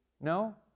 No